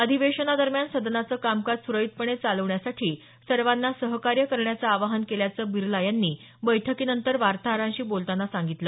अधिवेशनादरम्यान सदनाचं कामकाज सुरळीतपणे चालण्यासाठी सर्वांना सहकार्य करण्याचं आवाहन केल्याचं बिरला यांनी बैठकीनंतर वार्ताहरांशी बोलताना सांगितलं